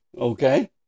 okay